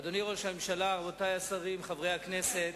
אדוני ראש הממשלה, רבותי השרים, חברי הכנסת,